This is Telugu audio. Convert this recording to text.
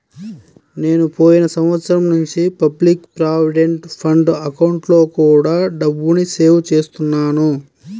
నేను పోయిన సంవత్సరం నుంచి పబ్లిక్ ప్రావిడెంట్ ఫండ్ అకౌంట్లో కూడా డబ్బుని సేవ్ చేస్తున్నాను